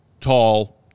tall